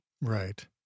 Right